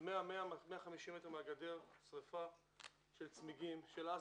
ש-150 מטר מהגדר שריפה של צמיגים, של אזבסט,